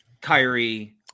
Kyrie